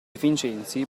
vincenzi